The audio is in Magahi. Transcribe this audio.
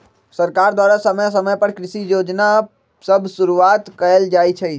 सरकार द्वारा समय समय पर कृषि जोजना सभ शुरुआत कएल जाइ छइ